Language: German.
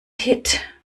hit